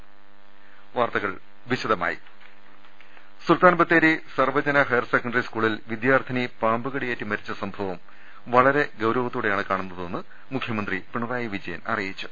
ങ്ങ ൽ സുൽത്താൻ ബത്തേരി സർവജന ഹയർസെക്കന്ററി സ്കൂളിൽ വിദ്യാർത്ഥിനി പാമ്പ് കടിയേറ്റ് മരിച്ച സംഭവം വളരെ ഗൌരവത്തോ ടെയാണ് കാണുന്നതെന്ന് മുഖ്യമന്ത്രി പിണറായി വിജയൻ അറിയി ച്ചു